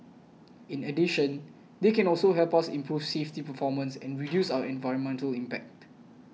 in addition they can also help us improve safety performance and reduce our environmental impact